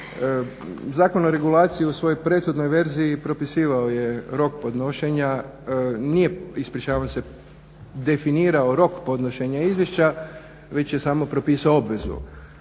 Zakon o regulaciji u svojoj prethodnoj verziji propisivao je rok podnošenje nije ispričavam se definirao rok podnošenja izvješća već je samo propisao obvezu.